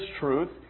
truth